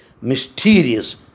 mysterious